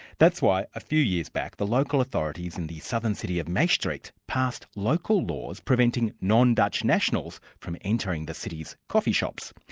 that's why a few years back the local authorities in the southern city of maastricht passed local laws preventing non-dutch nationals from entering the city's coffee shops.